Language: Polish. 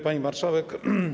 Pani Marszałek!